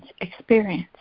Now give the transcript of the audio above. experience